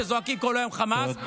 שזועקים כל היום חמס,